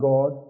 God